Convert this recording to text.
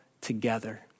together